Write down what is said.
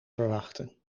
verwachten